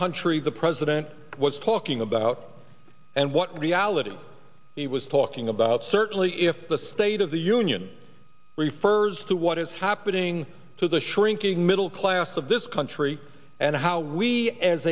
country the president was talking about and what reality he was talking about certainly if the state of the union refers to what is happening to the shrinking middle class of this country and how we as